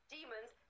Demons